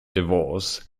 divorce